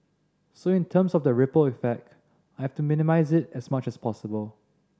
so in terms of the ripple effect I have to minimise it as much as possible